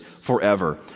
forever